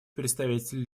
представитель